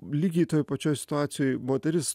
lygiai toj pačioj situacijoj moteris